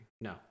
No